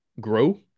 grow